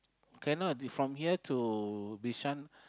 cannot if from here to Bishan